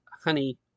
honey